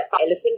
elephant